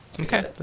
Okay